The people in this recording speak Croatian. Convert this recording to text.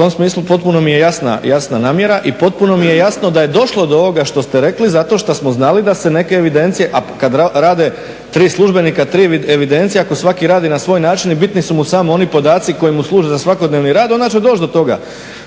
tom smislu potpuno mi je jasna namjera i potpuno mi je jasno da se je došlo do ovoga što ste rekli zato što smo znali da se neke evidencije, a kada rade tri službenika, tri evidencije ako svaki radi na svoj način i bitni su mu samo oni podaci koji mu služe za svakodnevni rad onda će doći do toga.